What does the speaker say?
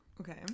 okay